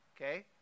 Okay